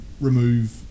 remove